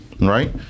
Right